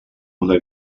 una